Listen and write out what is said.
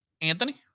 Anthony